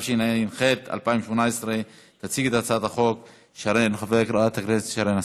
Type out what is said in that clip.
התשע"ח 2018. תציג את הצעת החוק חברת הכנסת שרן השכל.